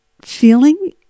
feeling